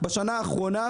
בשנה האחרונה,